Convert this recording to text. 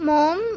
Mom